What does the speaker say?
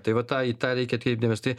tai va tą į tą reikia atkreipt dėmesį tai